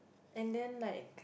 and then like